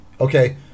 okay